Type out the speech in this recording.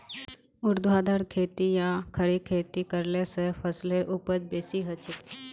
ऊर्ध्वाधर खेती या खड़ी खेती करले स फसलेर उपज बेसी हछेक